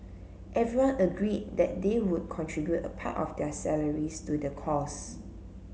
everyone agreed that they would contribute a part of their salaries to the cause